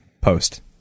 post